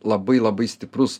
labai labai stiprus